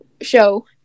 show